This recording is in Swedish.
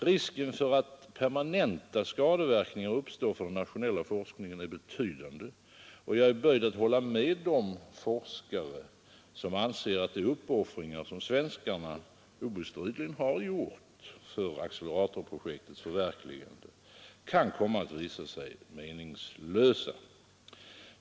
Risken för att permanenta skadeverkningar uppstår för den nationella forskningen är betydande, och jag är böjd att hålla med de forskare som anser att de uppoffringar som svenskarna obestridligen gjort för acceleratorprojektets förverkligande kan komma att visa sig meningslösa.